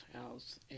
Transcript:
house